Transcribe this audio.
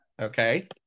okay